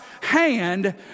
hand